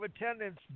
attendance